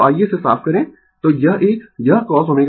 तो आइये इसे साफ करें तो यह एक यह cosω t